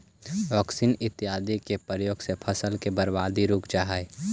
auxin इत्यादि के प्रयोग से फसल के बर्बादी रुकऽ हई